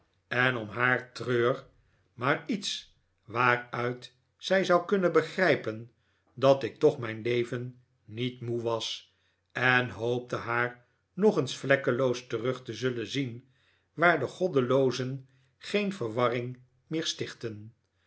en om haar treurj maar iets waaruit zij zou kunnen begrijpen dat ik toch mijn leven niet moe was en hoopte haar nog eens vlekkeloos terug te zullen zien waar de goddeloozen geen verwarring meer stichten